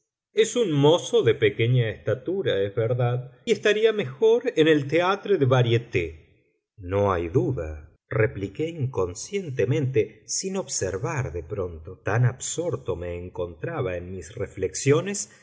es un mozo de pequeña estatura es verdad y estaría mejor en el thétre des variétés no hay duda repliqué inconscientemente sin observar de pronto tan absorto me encontraba en mis reflexiones